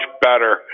better